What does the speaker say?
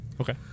Okay